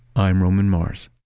i'm roman mars.